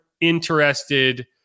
interested